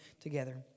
together